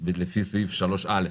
לפי סעיף 3א,